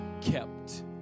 kept